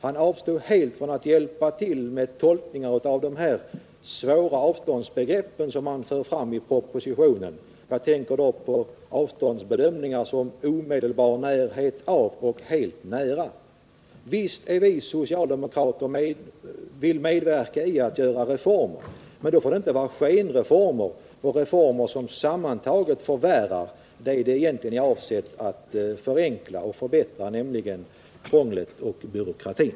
Han avstod också helt ifrån att hjälpa till med tolkningar av de svåra avståndsbegrepp som förs fram i propositionen — jag tänker på avståndsbedömningar sådana som >” i omedelbar närhet av” och ”helt nära”. Visst vill vi socialdemokrater medverka till att genomföra reformer, men då får det inte vara skenreformer eller reformer som sammantaget förvärrar vad de egentligen är avsedda att minska eller ta bort, nämligen krånglet och byråkratin.